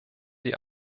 die